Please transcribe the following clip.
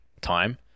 time